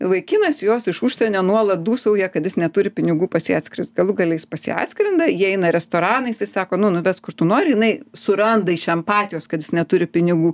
vaikinas jos iš užsienio nuolat dūsauja kad jis neturi pinigų pas ją atskrist galų gale jis pas ją atskrenda jie eina į restoraną jisai sako nu nuvesk kur tu nori jinai suranda iš empatijos kad jis neturi pinigų